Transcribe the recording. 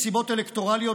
מסיבות אלקטורליות,